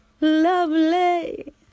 lovely